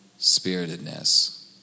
spiritedness